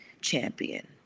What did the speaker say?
champion